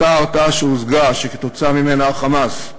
אותה הרתעה שהושגה שכתוצאה ממנה ה"חמאס"